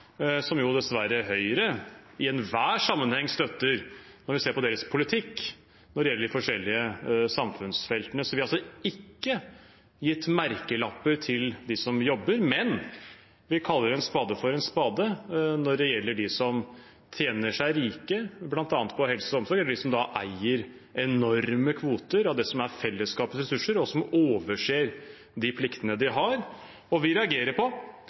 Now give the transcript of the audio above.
dessverre Høyre i enhver sammenheng støtter – når man ser på deres politikk på de forskjellige samfunnsfeltene. Vi har ikke satt merkelapper på dem som jobber, men vi kaller en spade for en spade når det gjelder de som tjener seg rike i bl.a. helse- og omsorgsbransjen, eller de som eier enorme kvoter av det som er fellesskapets ressurser, og som overser de pliktene de har. Vi reagerer på